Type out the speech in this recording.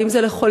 ואם זה לחולים,